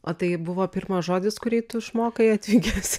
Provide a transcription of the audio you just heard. o tai buvo pirmas žodis kurį tu išmokai atvykęs